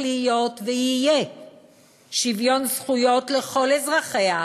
להיות ויהיה שוויון זכויות לכל אזרחיה,